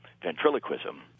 ventriloquism